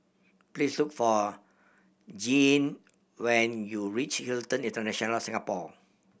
please look for Jeanne when you reach Hilton International Singapore